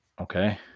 Okay